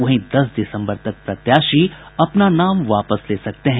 वहीं दस दिसम्बर तक प्रत्याशी अपना नाम वापस ले सकते हैं